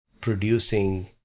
producing